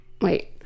wait